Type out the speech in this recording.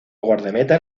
guardameta